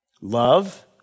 love